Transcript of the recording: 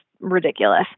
ridiculous